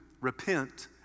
repent